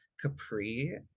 Capri